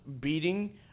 beating